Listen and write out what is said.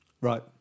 Right